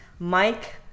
Mike